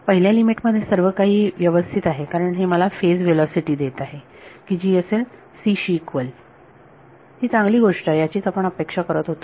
पहिल्या लिमिट मध्ये सर्वकाही ही व्यवस्थित आहे कारण हे मला फेज व्हेलॉसिटी देत आहे की जी असेल c शी इक्वल ही चांगली गोष्ट आहे याचीच आपण अपेक्षा करत होतो